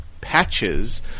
Patches